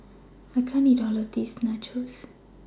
I can't eat All of This Nachos